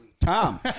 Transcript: Tom